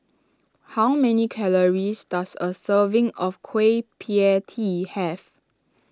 how many calories does a serving of Kueh Pie Tee have